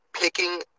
picking